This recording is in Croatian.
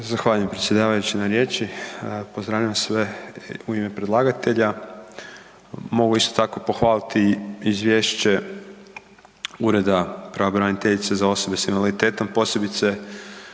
Zahvaljujem predsjedavajući na riječi. Pozdravljam sve u ime predlagatelja. Mogu isto tako pohvaliti izvješće Ureda pravobraniteljice za osobe s invaliditetom, posebice